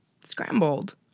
scrambled